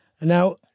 Now